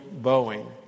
Boeing